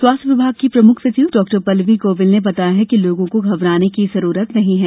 स्वास्थ्य विभाग की प्रमुख सचिव डॉ पल्लवी गोविल ने बताया है कि लोगों को घबराने की जरूरत नहीं है